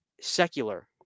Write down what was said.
secular